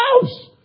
house